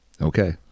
Okay